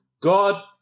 God